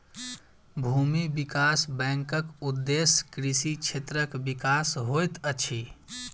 भूमि विकास बैंकक उदेश्य कृषि क्षेत्रक विकास होइत अछि